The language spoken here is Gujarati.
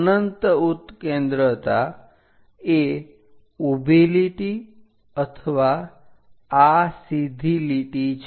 અનંત ઉત્કેન્દ્રતા એ ઊભી લીટી અથવા આ સીધી લીટી છે